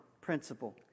principle